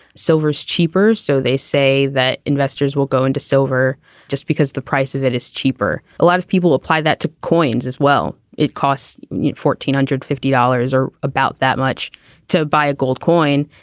silver is cheaper so they say that investors will go into silver just because the price of it is cheaper. a lot of people apply that to coins as well. it costs fourteen hundred fifty dollars or about that much to buy a gold coin.